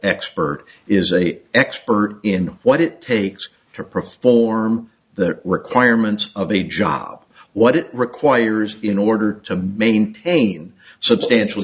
expert is a expert in what it takes to perform the requirements of the job what it requires in order to maintain substantial